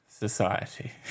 Society